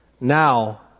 Now